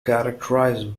characterized